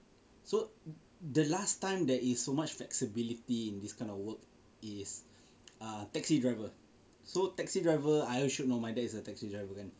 so the last time there is so much flexibility in this kind of work is a taxi driver so taxi driver I assure you should know my dad is a taxi driver kan